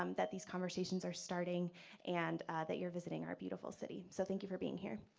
um that these conversations are starting and that you're visiting our beautiful city. so, thank you for being here.